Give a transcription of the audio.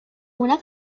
una